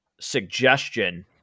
suggestion